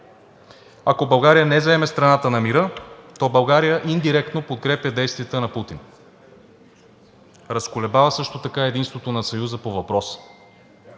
Ако България не заеме страната на мира, то България индиректно подкрепя действията на Путин, разколебава също така единството на Съюза по въпроса.